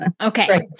Okay